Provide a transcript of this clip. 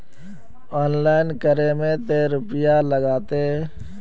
Online करे में ते रुपया लगते?